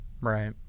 Right